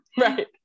Right